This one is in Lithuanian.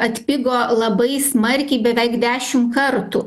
atpigo labai smarkiai beveik dešim kartų